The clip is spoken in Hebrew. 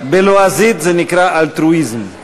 בלועזית זה נקרא "אלטרואיזם".